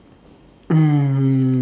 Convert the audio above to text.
mm